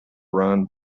run